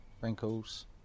wrinkles